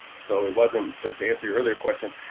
so it wasn't, to to answer your other question,